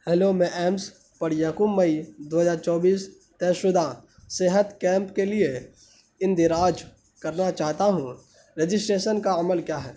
hello میں AIIMS پر یکم مئی دو ہزار چوبیس طے شدہ صحت کیمپ کے لیے اندراج کرنا چاہتا ہوں رجسٹریسن کا عمل کیا ہے